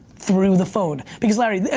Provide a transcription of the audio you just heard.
through the phone. because larry, yeah